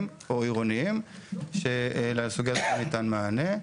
או עירוניים שלסוגיה הזאת לא ניתן מענה.